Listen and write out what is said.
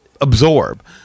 absorb